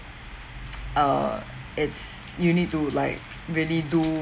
err it's you need to like really do